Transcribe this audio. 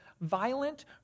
violent